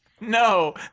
No